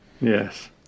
Yes